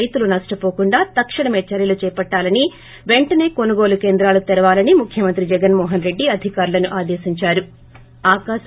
రైతులు నష్టవోకుండా తక్షణమే చర్యలు చేపట్టాలని పెంటనే కొనుగోలు కేంద్రాలు తెరవాలని ముఖ్యమంత్రి జగన్మోహన్ రెడ్డి అధికారులను ఆదేశించారు